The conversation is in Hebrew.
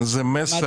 זה באמת